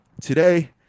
today